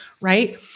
right